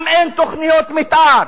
גם אין תוכניות מיתאר,